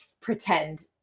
pretend